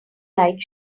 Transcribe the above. light